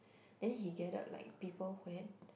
then he gathered like people who had